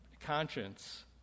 conscience